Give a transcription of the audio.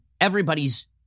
everybody's